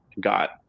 got